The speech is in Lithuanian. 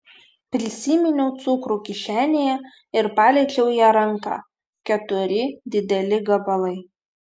prisiminiau cukrų kišenėje ir paliečiau ją ranka keturi dideli gabalai